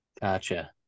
gotcha